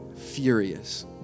furious